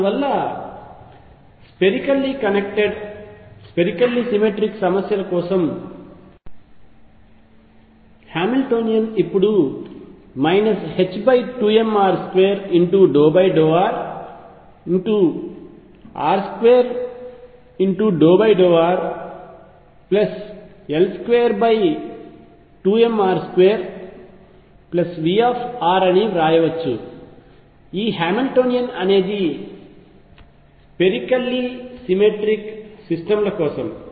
అందువల్ల spherically symmetric సమస్యల కోసం హామిల్టోనియన్ ఇప్పుడు 2mr2∂rr2∂rL22mr2Vr అని వ్రాయవచ్చు ఈ హామిల్టోనియన్ అనేది స్పెరికల్లీ సిమెట్రిక్ సిస్టమ్ కోసం